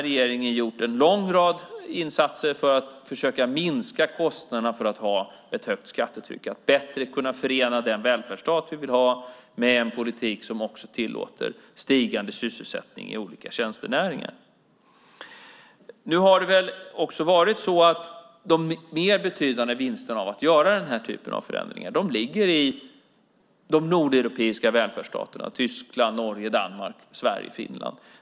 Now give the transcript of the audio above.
Regeringen har gjort en lång rad insatser för att försöka minska kostnaderna i stället för att ha ett högt skattetryck, att bättre kunna förena den välfärdsstat vi vill ha med en politik som också tillåter stigande sysselsättning i olika tjänstenäringar. De mer betydande vinsterna av att göra den här typen av förändringar ligger i de nordeuropeiska välfärdsstaterna Tyskland, Norge, Danmark, Sverige och Finland.